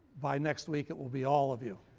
by next week it will be all of you.